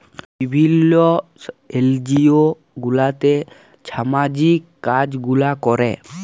বিভিল্ল্য এলজিও গুলাতে ছামাজিক কাজ গুলা ক্যরে